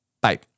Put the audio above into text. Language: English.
Bye